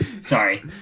Sorry